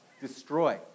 destroy